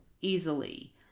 easily